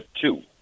two